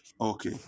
Okay